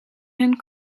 hun